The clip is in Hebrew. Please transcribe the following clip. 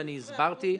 והסברתי,